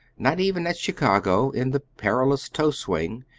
not even at chicago, in the perilous toe swing,